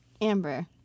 Amber